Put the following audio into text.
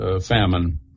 famine